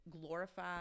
glorify